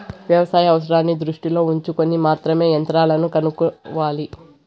వ్యవసాయ అవసరాన్ని దృష్టిలో ఉంచుకొని మాత్రమే యంత్రాలను కొనుక్కోవాలి